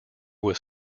was